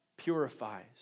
purifies